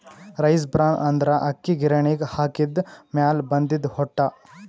rice bran ಅಂದ್ರ ಅಕ್ಕಿ ಗಿರಿಣಿಗ್ ಹಾಕಿದ್ದ್ ಮ್ಯಾಲ್ ಬಂದಿದ್ದ್ ಹೊಟ್ಟ